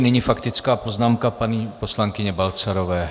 Nyní faktická poznámka paní poslankyně Balcarové.